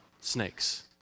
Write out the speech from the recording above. snakes